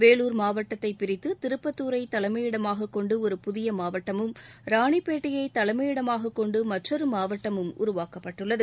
வேலூர் மாவட்டத்தை பிரித்து திருப்பத்தூரை தலைமையிடமாகக் கொண்டு ஒரு புதிய மாவட்டமும் ராணிப்பேட்டையை தலைமையிடமாகக் கொண்டு மற்றொரு மாவட்டழம் உருவாக்கப்பட்டுள்ளது